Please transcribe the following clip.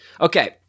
Okay